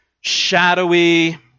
shadowy